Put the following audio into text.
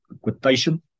quotation